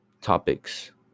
topics